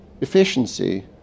efficiency